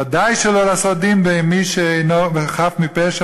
ובוודאי שלא לעשות דין בחף מפשע,